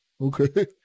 Okay